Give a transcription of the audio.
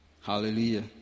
Hallelujah